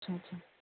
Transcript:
اچھا اچھا